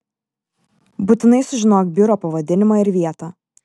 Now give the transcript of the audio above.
būtinai sužinok biuro pavadinimą ir vietą